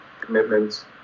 commitments